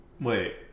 wait